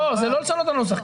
לא, זה לא לשנות את הנוסח.